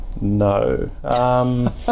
No